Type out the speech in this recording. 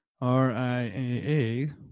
r-i-a-a